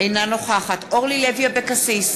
אינה נוכחת אורלי לוי אבקסיס,